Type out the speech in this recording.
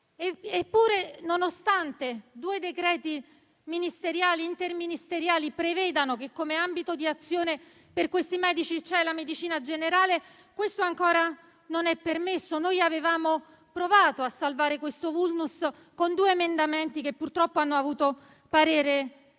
Eppure, nonostante due decreti interministeriali prevedano che come ambito di azione per questi medici ci sia la medicina generale, questo ancora non è permesso. Avevamo provato a sanare questo *vulnus* con due emendamenti, che purtroppo hanno avuto parere